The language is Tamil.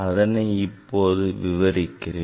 அதனை இப்போது விவரிக்கிறேன்